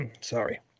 sorry